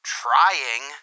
...trying